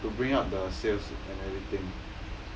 to bring up the sales and everything